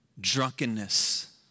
drunkenness